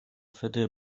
wydry